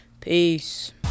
Peace